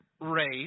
race